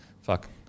fuck